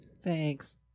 thanks